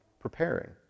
preparing